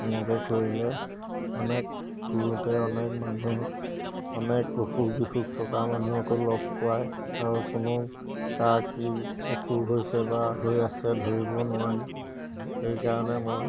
এনেকৈ কৰিলে অনেক ফুৰোঁতে অনেক মানুহ অনেক অসুখ বিসুখ থকা মানুহকো লগ পায় আৰু কোনো কাৰ কি অসুখ হৈছে বা হৈ আছে ধৰিব নোৱাৰি সেইকাৰণে মই